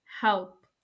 help